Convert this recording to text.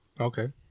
Okay